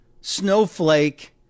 snowflake